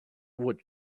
would